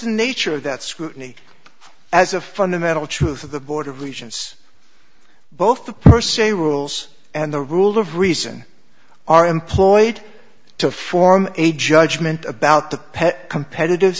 the nature of that scrutiny as a fundamental truth of the board of regents both the per se rules and the rule of reason are employed to form a judgment about the pet competitive